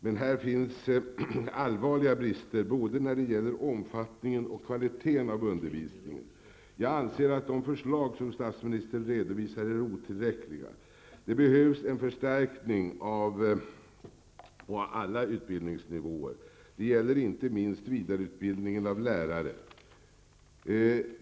Men det finns allvarliga brister både när det gäller omfattningen och kvaliteten av undervisningen. Jag anser att de förslag som statsministern redovisar är otillräckliga. Det behövs en förstärkning på alla utbildningsnivåer. Det gäller inte minst vidareutbildningen av lärare.